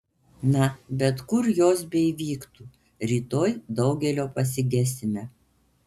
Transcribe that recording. na bet kur jos beįvyktų rytoj daugelio pasigesime